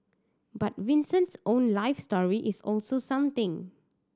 but Vincent's own life story is also something